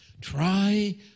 Try